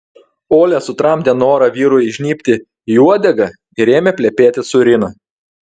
olia sutramdė norą vyrui įžnybti į uodegą ir ėmė plepėti su rina